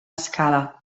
escala